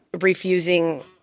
refusing